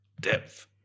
depth